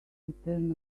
return